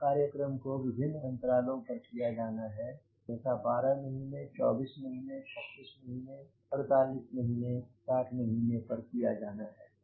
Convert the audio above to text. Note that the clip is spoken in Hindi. इस कार्य क्रम को विभिन्न अंतरालों पर किया जाना है यथा 12 महीने 24 महीने 36 महीने 48महीने 60 महीने पर किया जाना है